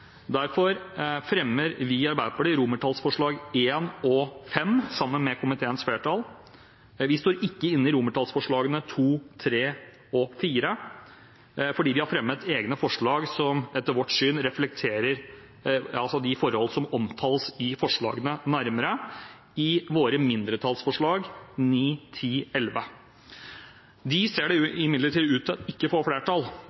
Vi står ikke inne i romertallsforslagene II, III og IV, fordi vi har fremmet egne forslag som reflekterer vårt syn på de forhold som omtales i forslagene, i våre mindretallsforslag nr. 9, 10 og 11. De ser det imidlertid ut til at ikke får flertall,